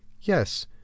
yes